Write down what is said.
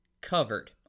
covered